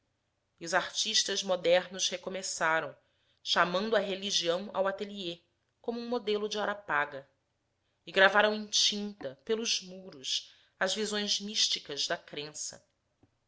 as ânforas e os artistas modernos recomeçaram chamando a religião ao atelier como um modelo de hora paga e gravaram em tinta pelos muros as visões místicas da crença